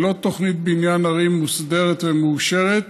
ללא תוכנית בניין ערים מוסדרת ומאושרת,